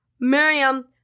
Miriam